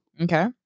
Okay